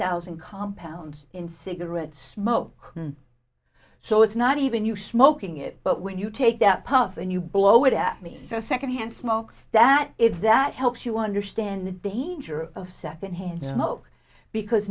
thousand compounds in cigarette smoke so it's not even you smoking it but when you take that puff and you blow it at me so second hand smoke stat if that helps you understand the danger of secondhand smoke because